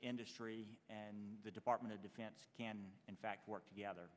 industry and the department of defense can in fact work together